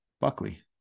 buckley